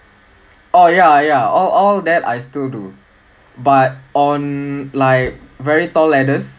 oh ya ya all all that I still do but on like very tall ladders